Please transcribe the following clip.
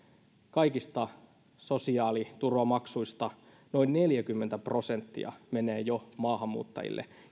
kaikista sosiaaliturvamaksuista jo noin neljäkymmentä prosenttia menee maahanmuuttajille